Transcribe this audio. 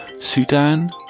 Sudan